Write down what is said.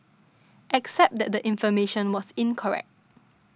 except that the information was incorrect